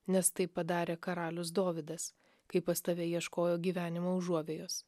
nes tai padarė karalius dovydas kai pas tave ieškojo gyvenimo užuovėjos